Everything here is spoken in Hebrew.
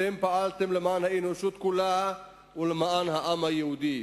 אתם פעלתם למען האנושות כולה ולמען העם היהודי.